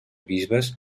bisbes